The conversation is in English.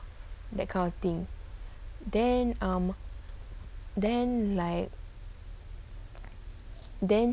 that kind of thing then um then like then